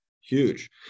Huge